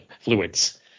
fluids